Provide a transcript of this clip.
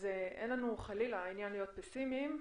חלילה אין לנו עניין להיות פסימיים,